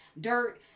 dirt